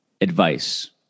advice